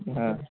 हाँ